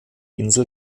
insel